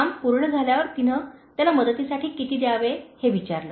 काम पूर्ण झाल्यावर तिने त्याला मदतीसाठी किती द्यावे हे विचारले